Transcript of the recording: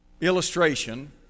illustration